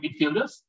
midfielders